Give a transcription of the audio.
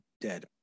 dead